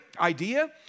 idea